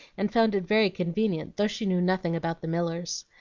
and found it very convenient, though she knew nothing about the millers.